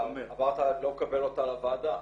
אבל אתה לא מקבל אותה לוועדה.